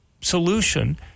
solution